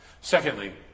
Secondly